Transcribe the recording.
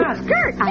skirt